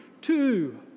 two